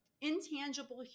intangible